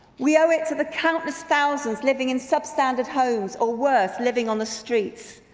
we owe it to the countless thousands living in substandard homes or worse, living on the streets.